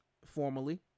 formally